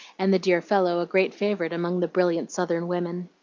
and the dear fellow a great favorite among the brilliant southern women.